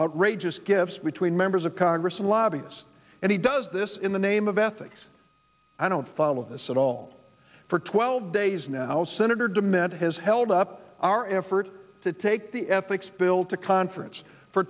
outrageous gifts between members of congress and lobbyists and he does this in the name of ethics i don't follow this at all for twelve days now senator de mint has held up our effort to take the ethics bill to conference for